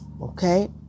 Okay